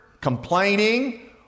complaining